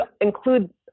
include